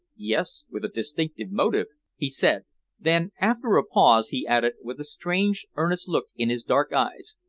yes, with a distinct motive, he said then, after a pause, he added, with a strange, earnest look in his dark eyes,